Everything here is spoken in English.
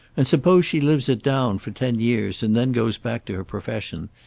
and suppose she lives it down, for ten years, and then goes back to her profession,